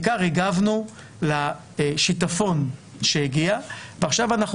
בעיקר הגבנו לשיטפון שהגיע ועכשיו אנחנו